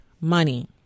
money